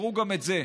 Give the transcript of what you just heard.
תזכרו גם את זה.